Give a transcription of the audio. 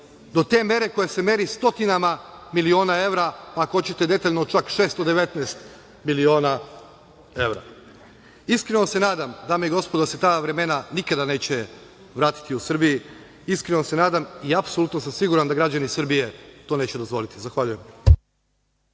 do te mere koja se meri stotinama miliona evra, ako hoćete detaljno čak 619 miliona evra. Iskreno se nadam dame i gospodo da se ta vremena nikada neće vratiti u Srbiji, iskreno se nadam i apsolutno sam siguran da građani Srbije neće dozvoliti. Zahvaljujem.